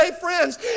friends